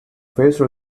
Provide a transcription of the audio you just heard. face